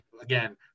again